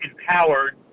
empowered